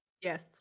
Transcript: Yes